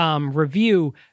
review